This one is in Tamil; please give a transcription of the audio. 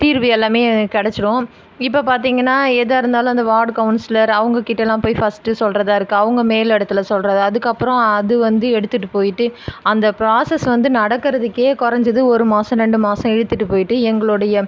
தீர்வு எல்லாமே கிடச்சிடும் இப்போ பார்த்திங்கன்னா எதாகருந்தாலும் அந்த வர்ட் கவுன்சிலர் அவங்ககிட்டலாம் போய் ஃபர்ஸ்ட்டு சொல்றதாகருக்கு அவங்க மேல் இடத்துல சொல்லுறது அதற்கப்பறம் அது வந்து எடுத்துகிட்டு போயிவிட்டு அந்த ப்ராஸஸ் வந்து நடக்கறதுக்கே குறஞ்சது ஒரு மாதம் ரெண்டு மாதம் இழுத்துகிட்டு போயிவிட்டு எங்களுடைய